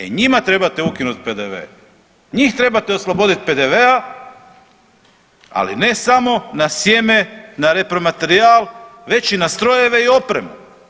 E njima trebate ukinuti PDV, njih trebate osloboditi PDV-a ali ne samo na sjeme, na repromaterijal već i na strojeve i opremu.